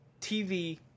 TV